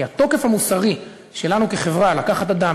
כי התוקף המוסרי שלנו כחברה לקחת אדם,